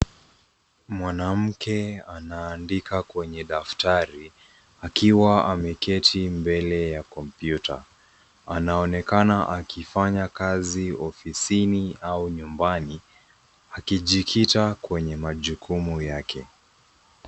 Mwanamke anandika kwenye daftari akiwa ameketi mbele ya kompyuta. Anaonekana akifanya kazi ofisini au nyumbani akijikita kwenye majukumu yake.